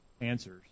answers